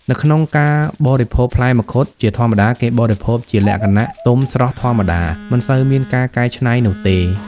នៅក្នុងការបរិភោគផ្លែមង្ឃុតជា ធម្មតាគេបរិភោគជាលក្ខណៈ ទុំស្រស់ធម្មតា មិនសូវមានការកៃច្នៃនោះទេ។